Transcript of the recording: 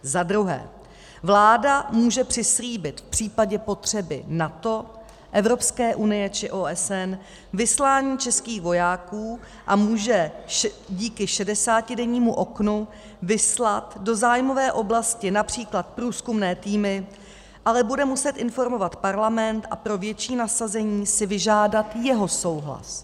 Zadruhé, vláda může přislíbit v případě potřeby NATO, Evropské unie či OSN vyslání českých vojáků a může díky 60dennímu oknu vyslat do zájmové oblasti například průzkumné týmy, ale bude muset informovat Parlament a pro větší nasazení si vyžádat jeho souhlas.